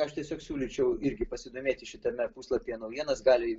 aš tiesiog siūlyčiau irgi pasidomėti šitame puslapyje naujienas gali